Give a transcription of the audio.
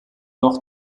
noch